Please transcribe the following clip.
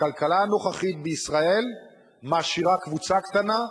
הכלכלה הנוכחית בישראל מעשירה קבוצה קטנה,